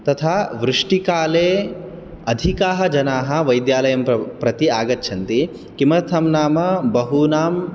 तथा वृष्टिकाले अधिकाः जनाः वैद्यालयम् प्र प्रति आगच्छन्ति किमर्थं नाम बहूनां